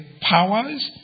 powers